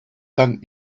dann